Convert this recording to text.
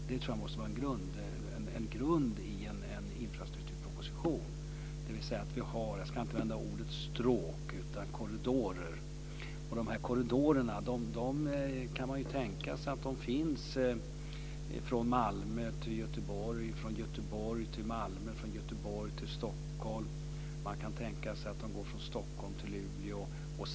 Det tror jag måste vara en grund i en infrastrukturproposition, dvs. att vi har korridorer - jag ska inte använda ordet "stråk". Man kan ju tänka sig att de här korridorerna finns från Malmö till Göteborg, från Göteborg till Malmö, från Göteborg till Stockholm. Man kan tänka sig att de går från Stockholm till Luleå.